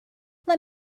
let